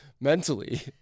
mentally